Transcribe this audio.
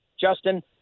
Justin